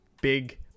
big